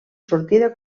sortida